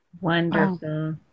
Wonderful